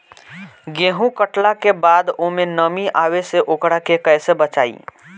गेंहू कटला के बाद ओमे नमी आवे से ओकरा के कैसे बचाई?